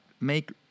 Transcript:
make